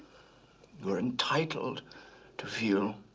you are entitled to feel.